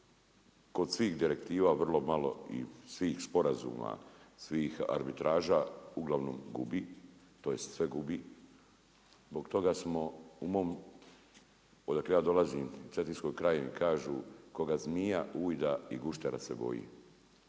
kod svih direktiva vrlo malo i svih sporazuma, svih arbitraža uglavnom gubi, tj. sve gubi. Zbog toga smo u mom odakle ja dolazim cetinskoj krajini kažu koga zmija ujida i guštera se boji.